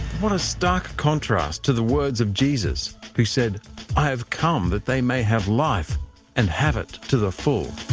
what a stark contrast to the words of jesus who said i have come that they may have life and have it to the full.